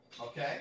Okay